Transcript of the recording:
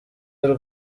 y’u